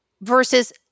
versus